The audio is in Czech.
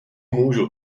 můžu